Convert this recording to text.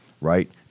Right